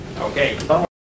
okay